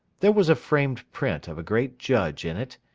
there was a framed print of a great judge in it,